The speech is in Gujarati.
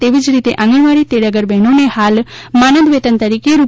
તેવી જ રીતે આંગણવાડી તેડાગર બહેનોને હાલ માનદ વેતન તરીકે રૂ